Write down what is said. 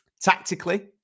tactically